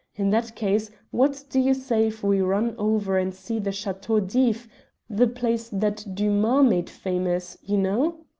in that case, what do you say if we run over and see the chateau d'if the place that dumas made famous, you know?